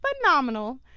phenomenal